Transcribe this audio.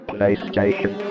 Playstation